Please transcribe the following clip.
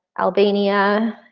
albania,